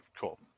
cool